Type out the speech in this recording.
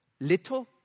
Little